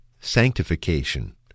sanctification